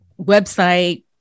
website